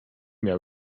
miał